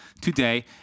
today